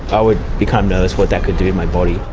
i would be kind of nervous what that could do to my body.